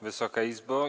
Wysoka Izbo!